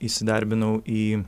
įsidarbinau į